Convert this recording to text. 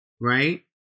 right